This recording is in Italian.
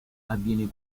avviene